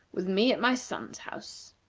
with me at my son's house.